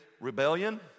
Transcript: Rebellion